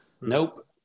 Nope